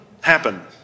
happen